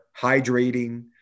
hydrating